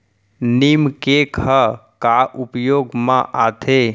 नीम cake ह का उपयोग मा आथे?